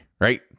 right